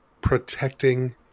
protecting